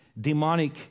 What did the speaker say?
demonic